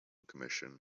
commission